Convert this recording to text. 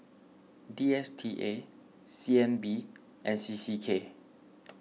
D S T A C N B and C C K